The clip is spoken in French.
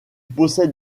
possède